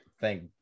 thank